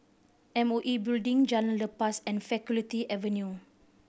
M O E Building Jalan Lepas and Faculty Avenue